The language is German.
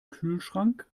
kühlschrank